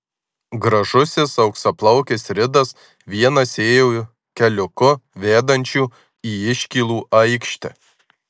gražusis auksaplaukis ridas vienas ėjo keliuku vedančiu į iškylų aikštę